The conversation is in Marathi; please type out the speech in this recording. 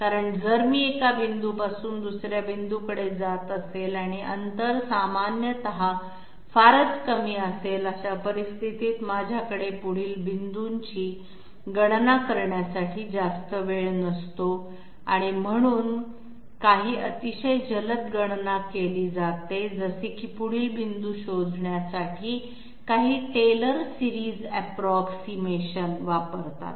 कारण जर मी एका बिंदूपासून दुस या बिंदूकडे जात असेल आणि अंतर सामान्यत फारच कमी असेल अशा परिस्थितीत माझ्याकडे पुढील बिंदूची गणना करण्यासाठी जास्त वेळ नसतो म्हणून काही अतिशय जलद गणना केली जाते जसे की पुढील बिंदू शोधण्यासाठी काही टेलर सिरीज अॅप्रॉक्सीमेशन वापरतात